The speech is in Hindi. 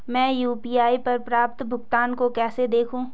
मैं यू.पी.आई पर प्राप्त भुगतान को कैसे देखूं?